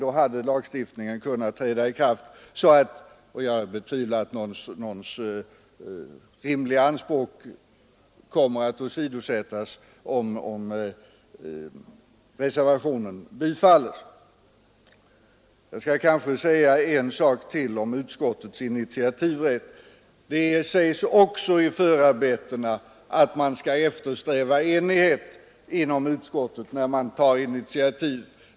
Jag betvivlar att några rimliga anspråk kommer att åsidosättas om reservationen bifalles. Jag skall kanske säga en sak till om utskottets initiativrätt. Det framhålles också i förarbetena att man skall eftersträva enighet i utskottet när man tar initiativ.